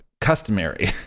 customary